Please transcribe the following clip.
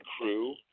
crew